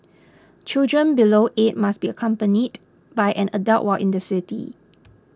children below eight must be accompanied by an adult while in the city